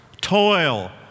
toil